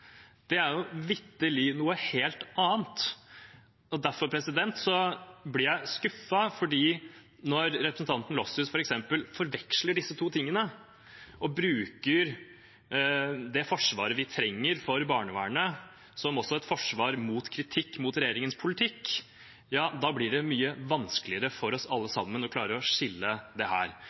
Det er vitterlig noe helt annet. Derfor blir jeg skuffet, for når representanten Gleditsch Lossius f.eks. forveksler disse to tingene og bruker det forsvaret vi trenger for barnevernet, som et forsvar mot kritikk av regjeringens politikk, blir det mye vanskeligere for oss alle sammen å klare å skille